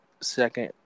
second –